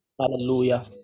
Hallelujah